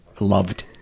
loved